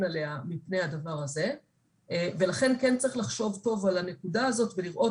עליה מפני הדבר הזה ולכן כן צריך לחשוב טוב על הנקודה הזאת ולראות